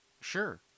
sure